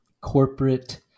corporate